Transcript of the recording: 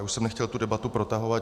Já už jsem nechtěl tu debatu protahovat.